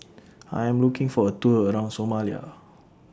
I Am looking For A Tour around Somalia